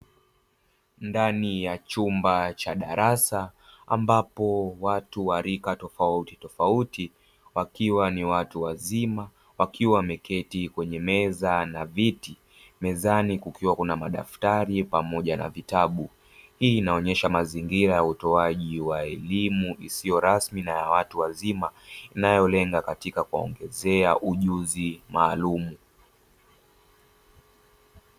Ndani ya chumba cha darasa ambapo watu wa rika tofauti tofauti wakiwa ni watu wazima wakiwa wameketi kwenye meza, na viti, mezani kukiwa na mdaftari, pamoja na vitabu. Hii inaonyesha mazingira ya utoaji elimu isiyo rasmi na ya watu wazima inayolenga katika kuwaongezea ujuzi maalumu.